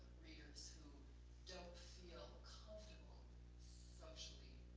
readers who don't feel comfortable socially